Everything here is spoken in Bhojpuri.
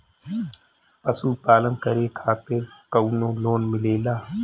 पशु पालन करे खातिर काउनो लोन मिलेला?